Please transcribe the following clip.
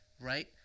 right